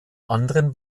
anderen